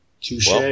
Touche